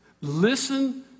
Listen